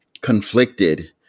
conflicted